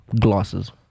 glasses